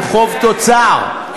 אם אני מסתכל על חוב תוצר,